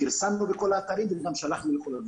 פרסמנו לכל האתרים וגם שלחנו לכל הקבוצות.